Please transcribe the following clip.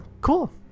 cool